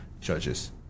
judges